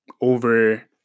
over